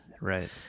Right